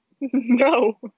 No